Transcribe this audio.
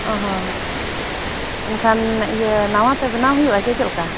ᱚ ᱦᱚᱸ ᱮᱱᱠᱷᱟᱱ ᱤᱭᱟᱹ ᱱᱟᱣᱟ ᱛᱮ ᱵᱮᱱᱟᱣ ᱦᱩᱭᱩᱜᱼᱟ ᱥᱮ ᱪᱮᱫ ᱞᱮᱠᱟ